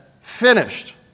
finished